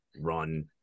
run